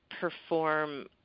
perform